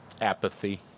apathy